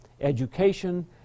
education